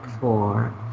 four